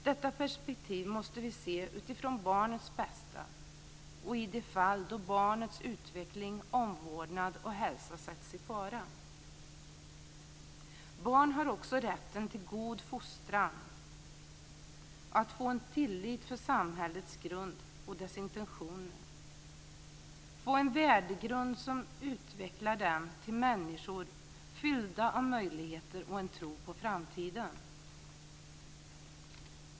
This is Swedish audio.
Vi måste se detta utifrån barnets bästa, också i de fall då barnets utveckling, omvårdnad och hälsa sätts i fara. Barn har också rätt att få en god fostran, en tillit för samhällets grund och dess intentioner och en värdegrund som utvecklar dem till människor fyllda av möjligheter och en tro på framtiden.